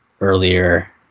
earlier